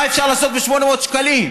מה אפשר לעשות ב-800 שקלים?